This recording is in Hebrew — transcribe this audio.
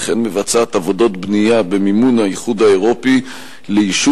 וכן מבצעת עבודת בנייה במימון האיחוד האירופי ליישוב